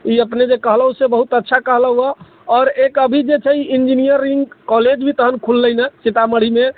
ई अपने जे कहलहुँ से बहुत अच्छा कहलहुँ हँ आओर एक अभी जे छै इन्जीनियरिङ्ग कॉलेज भी तहन खुललै ने सीतामढ़ीमे